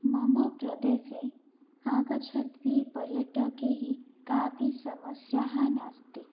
मम प्रदेशे आगच्छद्भिः पर्यटकैः कापि समस्या नास्ति